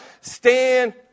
stand